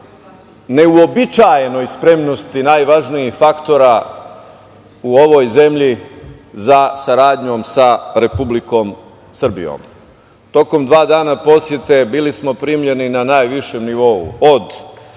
neuobičajenoj spremnosti najvažnijih faktora u ovoj zemlji za saradnjom sa Republikom Srbijom. Tokom dva dana posete bili smo primljeni na najvišem nivou od